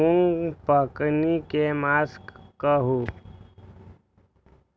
मूँग पकनी के मास कहू?